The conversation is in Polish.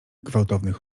gwałtownych